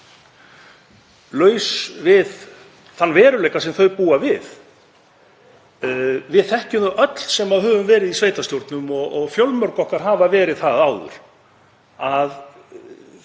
laus við þann veruleika sem þau búa við. Við þekkjum það öll sem höfum verið í sveitarstjórnum, og fjölmörg okkar hafa verið það áður,